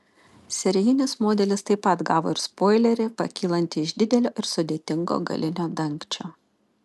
serijinis modelis taip pat gavo ir spoilerį pakylantį iš didelio ir sudėtingo galinio dangčio